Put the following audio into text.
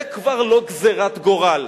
זה כבר לא גזירת גורל.